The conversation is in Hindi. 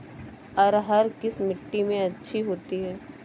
अरहर किस मिट्टी में अच्छी होती है?